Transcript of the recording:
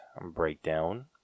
breakdown